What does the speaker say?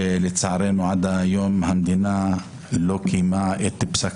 ולצערנו עד היום המדינה לא קיימה את פסק